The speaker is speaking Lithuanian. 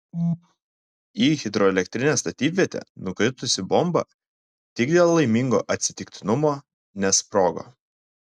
į hidroelektrinės statybvietę nukritusi bomba tik dėl laimingo atsitiktinumo nesprogo